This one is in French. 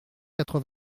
quatre